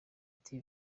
ati